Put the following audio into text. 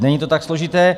Není to tak složité.